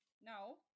no